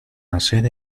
hacer